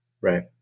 right